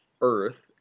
Earth